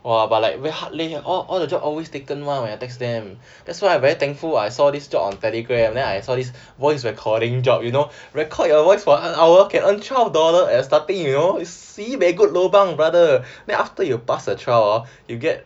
!wah! but like very hard leh you and all all the job always taken [one] when I text them that's why I'm very thankful I saw this job on telegram then I saw this voice recording job you know record your voice for an hour then can earn twelve dollar at starting you know it's sibeh very good lobang brother then after you pass a trial you get